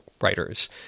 writers